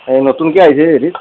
হয় নতুনকৈ আইছে হেৰিত